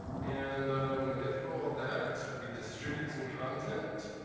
and we get through all that. we distribute some content